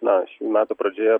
na šių metų pradžioje